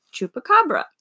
chupacabra